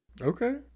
Okay